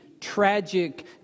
tragic